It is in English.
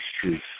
truth